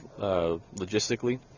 logistically